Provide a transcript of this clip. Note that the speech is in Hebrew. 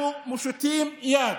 אנחנו מושיטים יד,